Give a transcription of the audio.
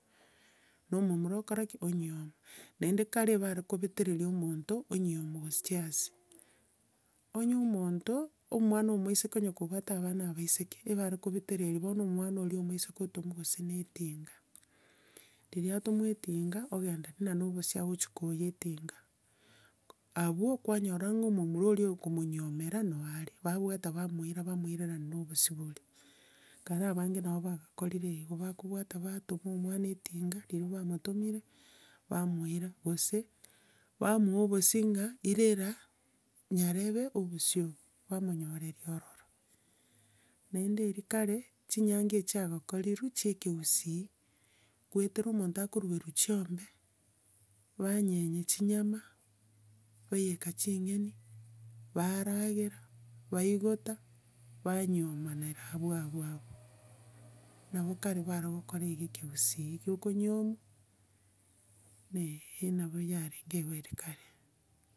Na omomura okora ki? Onyioma. Naende kare ebare kobeteria omonto, onyiomwa gosechi ase. Onya omonto, omwana ooiseke onya kobwate abana abaiseke, ebarekobetereri bono omwana oria omoiseke otomwa gose na etinga, riria atomwa etinga, ogenda buna na obosie agochia koiyia etinga. Abwo, kwanyora ng'a omomura oria okomonyiomera, nabo are. Babwata bamoira bamoirerania na obosie boria. Kare abange nabo bakakorire igo bakobwata batoma omwana etinga, ririra bwamotomire, bamoira, gose bamoa obosie ng'a, irera nyarebe, obosie obo, bamonyoreria ororo. Naende eria kare, chinyangi chiagakorirwe, chia ekegusii, kwetera omonto akoruerwa chiombe, banyenya chinyama, baiyeka ching'eni, baragera, baigota, banyiomanera abwo abwo abwo. Nabo kare bare gokora igo ekegusii kia okonyiomwa, na nabo yarenge iga eria kare.